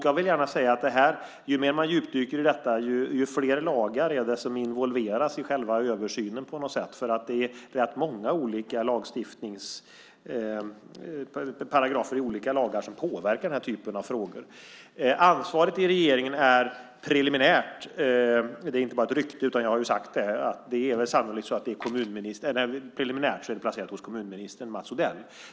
Jag vill gärna säga att ju mer man djupdyker i detta, desto fler lagar involveras på något sätt i själva översynen därför att det är rätt många paragrafer i olika lagar som påverkar i den här typen av frågor. Ansvaret i regeringen är preliminärt - detta är inte bara ett rykte, utan jag har tidigare sagt det - placerat hos kommunminister Mats Odell.